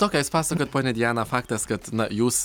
to ką jūs pasakojot ponia diana faktas kad na jūs